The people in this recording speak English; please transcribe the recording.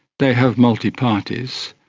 they have multiparties.